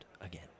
again